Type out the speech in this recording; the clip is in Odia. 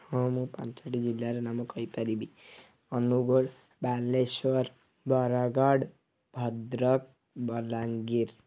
ହଁ ମୁଁ ପାଞ୍ଚଟି ଜିଲ୍ଲାର ନାମ କହିପାରିବି ଅନୁଗୁଳ ବାଲେଶ୍ୱର ବରଗଡ଼ ଭଦ୍ରକ ବଲାଙ୍ଗିର